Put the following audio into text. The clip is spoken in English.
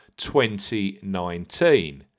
2019